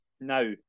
now